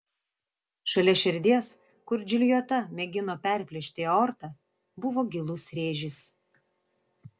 šalia širdies kur džiuljeta mėgino perplėšti aortą buvo gilus rėžis